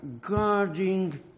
guarding